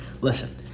Listen